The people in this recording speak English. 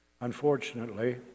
Unfortunately